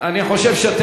שתוק.